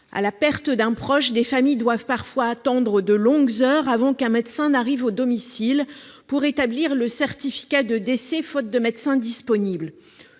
à la perte d'un proche, des familles doivent parfois attendre de longues heures avant qu'un médecin n'arrive au domicile pour établir le certificat de décès, faute de médecins disponibles.